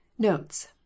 notes